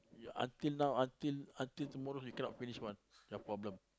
you until now until until tomorrow you also cannot finish one your problem